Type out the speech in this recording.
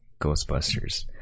ghostbusters